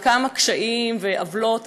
אבל כמה קשיים ועוולות,